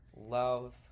love